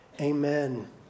amen